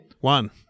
One